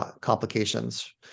complications